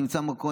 שנמצא במקום,